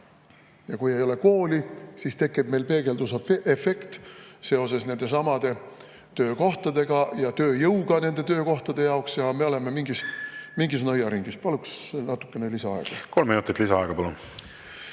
Ja kui ei ole kooli, siis tekib meil peegeldusefekt seoses nendesamade töökohtadega ja tööjõuga nende töökohtade jaoks, ja me oleme mingis nõiaringis. Paluks natuke lisaaega. Kolm minutit lisaaega, palun!